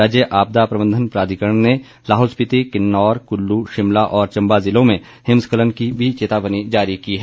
राज्य आपदा प्रबंधन प्राधिकरण ने लाहौल स्पीति किन्नौर कुल्लू शिमला और चम्बा ज़िलों में हिमस्खलन की भी चेतावनी जारी की है